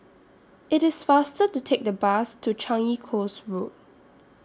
IT IS faster to Take The Bus to Changi Coast Road